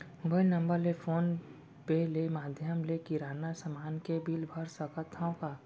Mobile number ले phone पे ले माधयम ले किराना समान के बिल भर सकथव का?